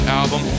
album